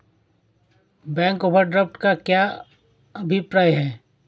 Bank overdraft का क्या अभिप्राय है?